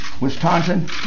Wisconsin